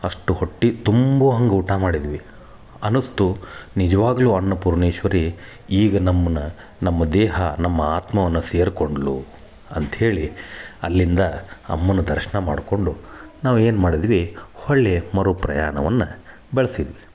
ಅಷ್ಟು ಹೊಟ್ಟೆ ತುಂಬು ಹಂಗ ಊಟ ಮಾಡಿದ್ವಿ ಅನಸ್ತು ನಿಜ್ವಾಗಲೂ ಅನ್ನಪೂರ್ಣೇಶ್ವರಿ ಈಗ ನಮ್ಮನ್ನ ನಮ್ಮ ದೇಹ ನಮ್ಮ ಆತ್ಮವನ್ನ ಸೇರ್ಕೊಂಡಳು ಅಂತೇಳಿ ಅಲ್ಲಿಂದ ಅಮ್ಮನ ದರ್ಶನ ಮಾಡ್ಕೊಂಡು ನಾವು ಏನು ಮಾಡಿದ್ವಿ ಒಳ್ಳೆ ಮರು ಪ್ರಯಾಣವನ್ನ ಬೆಳ್ಸಿದ್ವಿ